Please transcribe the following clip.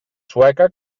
sueca